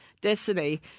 Destiny